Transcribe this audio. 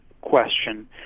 question